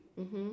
mmhmm